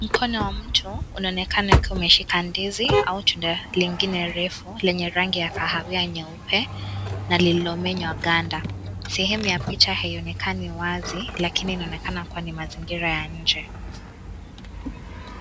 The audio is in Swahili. Mkono wa mtu unaonekana ukiwa umeshika ndizi au tunda lingine refu la kaawia nyeupe na lililomenywa ganda. Sehemu ya picha aionekani wazi lakini inaonekana kuwa ni mazigira ya nje.